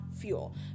fuel